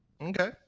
Okay